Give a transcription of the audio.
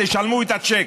תשלמו את הצ'ק.